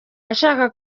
ashaka